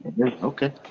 okay